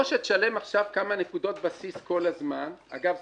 או שתשלם עכשיו כמה נקודות בסיס כל הזמן אגב,